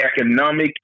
Economic